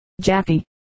Jackie